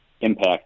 impact